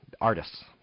artists